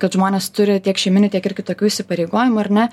kad žmonės turi tiek šeimyninių tiek ir kitokių įsipareigojimų ar ne